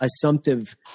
assumptive